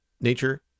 nature